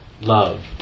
love